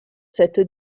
cette